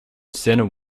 standard